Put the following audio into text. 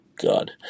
God